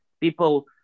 People